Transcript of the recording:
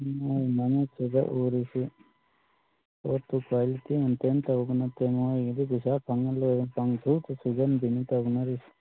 ꯃꯣꯏ ꯃꯃꯤꯠꯇꯨꯗ ꯎꯔꯤꯁꯤ ꯄꯣꯠꯇꯨ ꯀ꯭ꯋꯥꯂꯤꯇꯤ ꯃꯦꯟꯇꯦꯟ ꯇꯧꯕ ꯅꯠꯇꯦ ꯃꯣꯏꯒꯤꯗꯤ ꯄꯩꯁꯥ ꯐꯪꯉ ꯂꯣꯏꯔꯦ ꯄꯪꯁꯨꯇ ꯁꯨꯖꯟꯕꯤꯅꯤ ꯇꯧꯅꯔꯤꯁꯦ